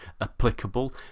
applicable